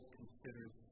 considers